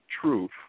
truth